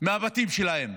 מהבתים שלהם,